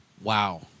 Wow